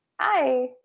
hi